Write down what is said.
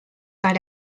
per